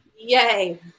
Yay